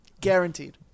Guaranteed